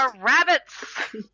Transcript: rabbits